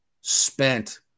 spent